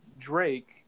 drake